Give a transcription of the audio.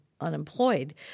unemployed